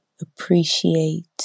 appreciate